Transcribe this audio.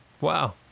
Wow